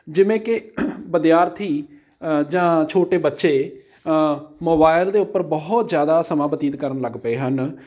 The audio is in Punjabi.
ਜਿਵੇਂ ਕਿ ਵਿਦਿਆਰਥੀ ਜਾਂ ਛੋਟੇ ਬੱਚੇ ਮੋਬਾਇਲ ਦੇ ਉੱਪਰ ਬਹੁਤ ਜ਼ਿਆਦਾ ਸਮਾਂ ਬਤੀਤ ਕਰਨ ਲੱਗ ਪਏ ਹਨ